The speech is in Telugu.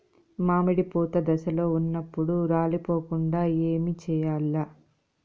మామిడి పూత దశలో ఉన్నప్పుడు రాలిపోకుండ ఏమిచేయాల్ల?